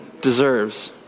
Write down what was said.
deserves